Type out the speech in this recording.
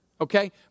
Okay